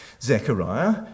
Zechariah